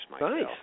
Nice